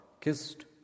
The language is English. kissed